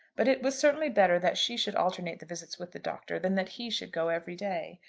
but it was certainly better that she should alternate the visits with the doctor than that he should go every day.